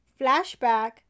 flashback